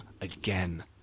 Again